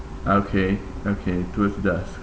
okay okay tourists does